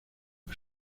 los